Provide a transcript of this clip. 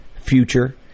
future